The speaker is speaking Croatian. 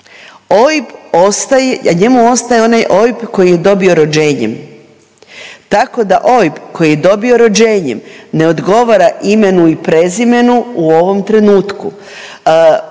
OIB ostaje, njemu ostaje onaj OIB koji je dobio rođenjem. Tako da OIB koji je dobio rođenjem ne odgovara imenu i prezimenu u ovom trenutku.